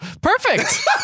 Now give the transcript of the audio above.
Perfect